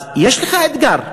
אז יש לך אתגר,